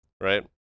right